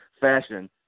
fashion